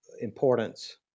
importance